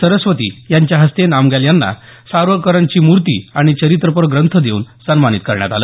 सरस्वती यांच्या हस्ते नामग्याल यांना सावरकरांची मूर्ती आणि चरित्रपर ग्रंथ देऊन सन्मानित करण्यात आलं